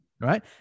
right